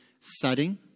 setting